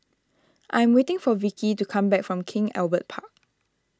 I'm waiting for Vikki to come back from King Albert Park